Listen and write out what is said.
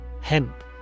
Hemp